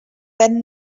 ven